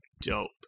dope